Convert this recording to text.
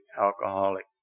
alcoholic